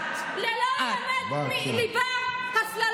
אני אתבייש?